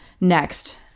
Next